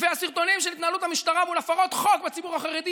ואת הסרטונים של התנהלות המשטרה מול הפרות חוק בציבור החרדי,